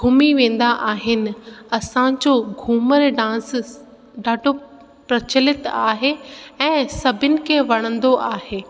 घुमी वेंदा आहिनि असांजो घूमर डांस ॾाढो प्रचलित आहे ऐं सभिनि खे वणंदो आहे